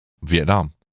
Vietnam